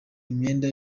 imyenda